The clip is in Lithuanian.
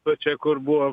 va čia kur buvo